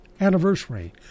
anniversary